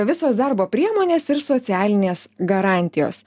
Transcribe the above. visos darbo priemonės ir socialinės garantijos